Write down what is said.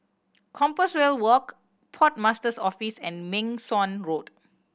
Compassvale Walk Port Master's Office and Meng Suan Road